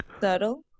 Subtle